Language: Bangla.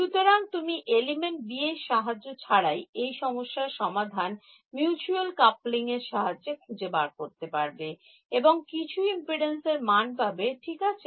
সুতরাং তুমি এলিমেন্ট B এর সাহায্য ছাড়াই এই সমস্যার সমাধান করেমিউচুয়াল কাপলিং খুঁজে বার করবে এবং কিছু ইম্পিডেন্স এরমান পাবে ঠিক আছে